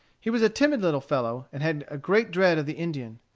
he was a timid little fellow, and had a great dread of the indian.